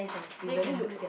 they can do